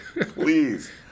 please